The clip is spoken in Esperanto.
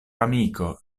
amiko